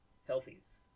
Selfies